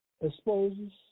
Exposes